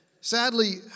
Sadly